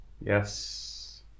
Yes